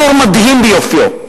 אזור מדהים ביופיו.